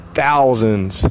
thousands